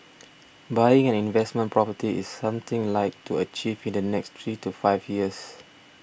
buying an investment property is something I'd like to achieve in the next three to five years